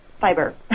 fiber